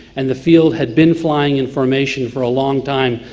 and the field had been flying in formation for a long time,